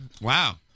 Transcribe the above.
Wow